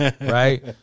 Right